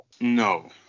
No